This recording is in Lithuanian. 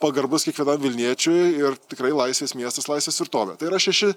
pagarbus kiekvienam vilniečiui ir tikrai laisvės miestas laisvės tvirtovė tai yra šeši